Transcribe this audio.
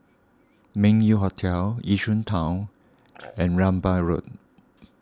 Meng Yew Hotel Yishun Town and Rambai Road